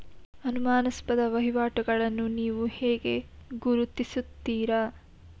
ಅನುಮಾನಾಸ್ಪದ ವಹಿವಾಟುಗಳನ್ನು ನೀವು ಹೇಗೆ ಗುರುತಿಸುತ್ತೀರಿ?